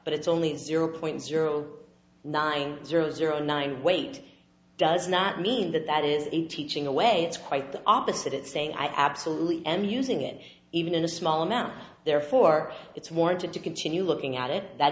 but it's only zero point zero nine zero zero nine weight does not mean that that is a teaching away it's quite the opposite it's saying i absolutely end using it even in a small amount therefore it's warranted to continue looking at it that